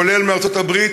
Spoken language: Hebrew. כולל מארצות-הברית,